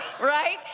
Right